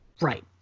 Right